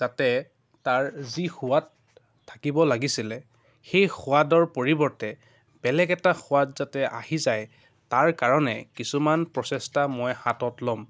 যাতে তাৰ যি সোৱাদ থাকিব লাগিছিলে সেই সোৱাদৰ পৰিৱৰ্তে বেলেগ এটা সোৱাদ যাতে আহি যায় তাৰ কাৰণে কিছুমান প্ৰচেষ্টা মই হাতত ল'ম